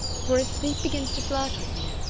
for as sleep begins to flirt with me,